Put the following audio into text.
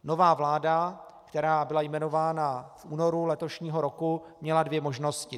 Nová vláda, která byla jmenována v únoru letošního roku, měla dvě možnosti.